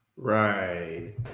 Right